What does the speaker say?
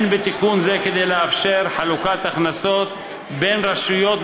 אין בתיקון זה כדי לאפשר חלוקת הכנסות בין רשויות